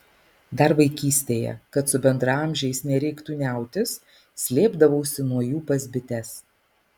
dar vaikystėje kad su bendraamžiais nereiktų niautis slėpdavausi nuo jų pas bites